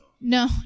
No